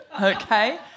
Okay